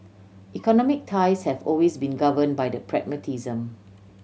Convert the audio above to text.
economic ties have always been govern by pragmatism